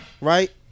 Right